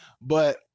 But-